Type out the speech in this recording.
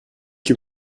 que